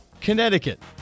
Connecticut